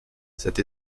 cette